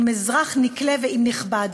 אם אזרח נקלה ואם נכבד.